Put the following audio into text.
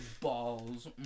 Balls